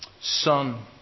Son